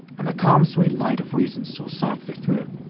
and the calm, sweet light of reason stole softly through.